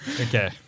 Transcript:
Okay